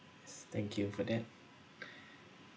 thank you for that